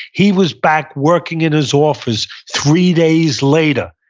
he was back working in his office three days later.